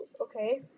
Okay